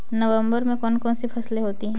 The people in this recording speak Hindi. नवंबर में कौन कौन सी फसलें होती हैं?